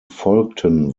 folgten